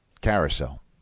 carousel